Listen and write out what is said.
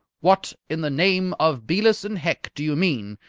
what in the name of belus and hec do you mean,